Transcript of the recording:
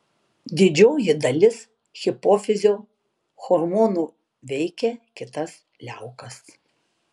didžioji dalis hipofizio hormonų veikia kitas liaukas